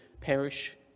perish